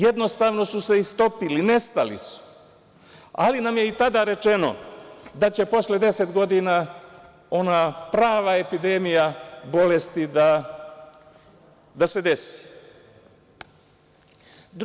Jednostavno su se istopili, nestali su, ali nam je i tada rečeno da će posle 10 godina ona prava epidemija bolesti da se desi.